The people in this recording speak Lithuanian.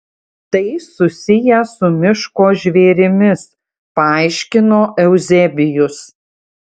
tai susiję su miško žvėrimis paaiškino euzebijus